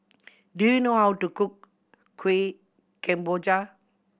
do you know how to cook Kueh Kemboja